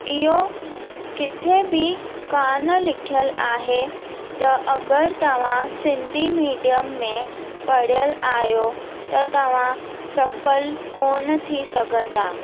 इहो किथे बि कोन्ह लिखियलु आहे त अगरि तव्हां सिंधी मिडियम में पढ़ियलु आहियो त तव्हां सफ़ल कोन्ह थी सघंदा